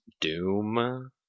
Doom